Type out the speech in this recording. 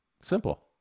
Simple